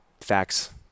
Facts